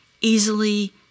easily